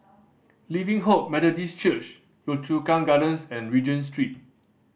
Living Hope Methodist Church Yio Chu Kang Gardens and Regent Street